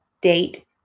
date